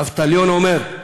"אבטליון אומר: